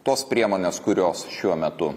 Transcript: tos priemonės kurios šiuo metu